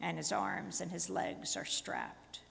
and his arms and his legs are strapped